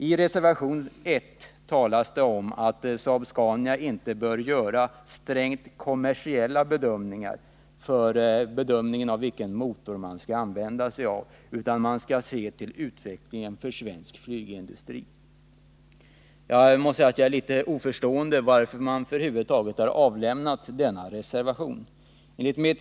I reservation 1 talas det om att Saab-Scania ”inte bör göra strängt kommersiella överväganden” vid bedömningen av vilken motor man skall använda sig av, utan att man skall se till ”utvecklingen för svensk flygindustri”. Jag måste säga att jag ställer mig litet oförstående till varför man över huvud taget har avlämnat denna reservation.